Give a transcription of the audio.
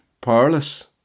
powerless